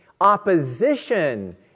opposition